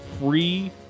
free